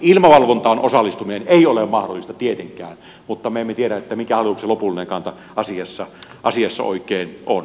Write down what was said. ilmavalvontaan osallistuminen ei ole mahdollista tietenkään mutta me emme tiedä mikä hallituksen lopullinen kanta asiassa oikein on